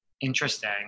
Interesting